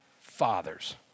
fathers